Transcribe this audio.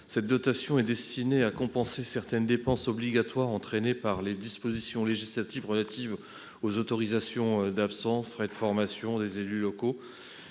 Elle est destinée à compenser certaines dépenses obligatoires issues des dispositions législatives relatives aux autorisations d'absence, aux frais de formation des élus locaux